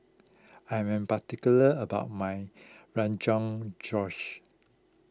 I am particular about my Rogan Josh